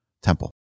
temple